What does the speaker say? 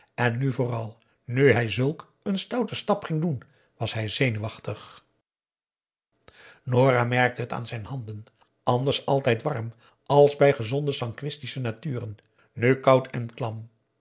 en nu vooral nu hij zulk een stouten stap ging doen was hij zenuwachtig nora merkte het aan zijn handen anders altijd warm als bij gezonde sanguinische naturen nu koud en klam